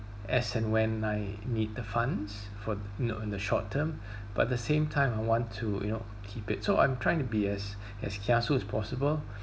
as and when I need the funds for you know in the short term but the same time I want to you know keep it so I'm trying to be as as kiasu as possible